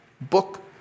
book